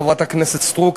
חברת הכנסת סטרוק,